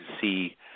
see